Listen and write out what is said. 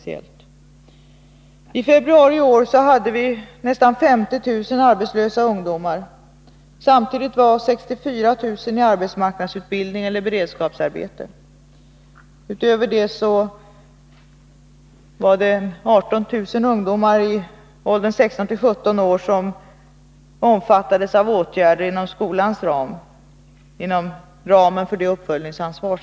I februari i år hade vi nästan 50 000 arbetslösa ungdomar. Samtidigt var 64 000 i arbetsmarknadsutbildning eller i beredskapsarbete. Dessutom omfattades 18 000 ungdomar i åldern 16-17 år av åtgärder inom ramen för skolans uppföljningsansvar.